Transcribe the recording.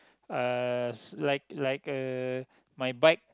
uh like like uh my bike